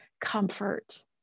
comfort